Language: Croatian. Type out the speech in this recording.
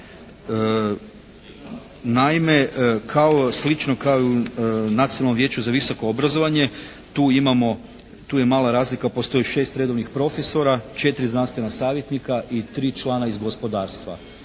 Naime, kao slično kao i u Nacionalnom vijeću za visoko obrazovanje tu imamo, tu je mala razlika postoji 6 redovnih profesora, 4 znanstvena savjetnika i 3 člana iz gospodarstva